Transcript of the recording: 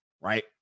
Right